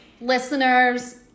Listeners